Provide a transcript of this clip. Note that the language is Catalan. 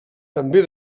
també